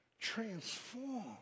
transform